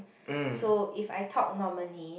so if I talk normally